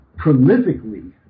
prolifically